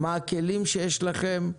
מה הכלים שיש לכם?